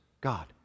God